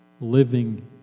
living